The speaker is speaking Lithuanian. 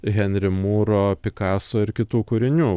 henri mūro pikaso ir kitų kūrinių